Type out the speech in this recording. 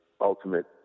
ultimate